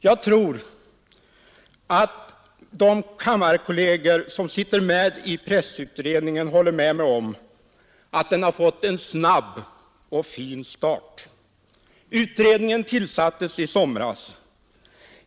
Jag tror att de kammarkolleger som i likhet med mig sitter i pressutredningen håller med mig om att utredningen har fått en snabb och fin start. Utredningen tillsattes i somras.